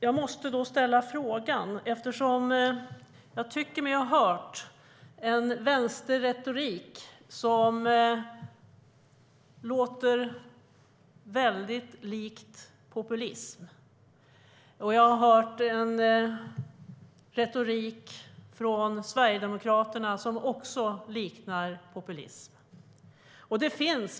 Jag tycker mig ha hört en vänsterretorik som låter väldigt lik populism. Jag har hört en retorik från Sverigedemokraterna som också liknar populism.